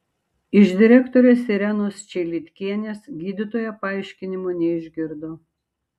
iš direktorės irenos čeilitkienės gydytoja paaiškinimo neišgirdo